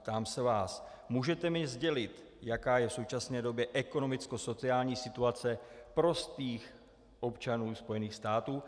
Ptám se vás: Můžete mi sdělit, jaká je v současné době ekonomickosociální situace prostých občanů Spojených států?